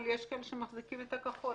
אבל יש כאלה שמחזיקים את הנוסח הכחול,